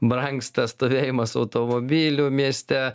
brangsta stovėjimas automobilių mieste